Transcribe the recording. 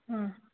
ಹಾಂ